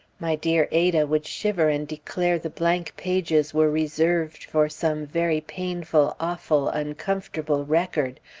my dear ada would shiver and declare the blank pages were reserved for some very painful, awful, uncomfortable record,